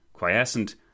Quiescent